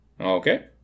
Okay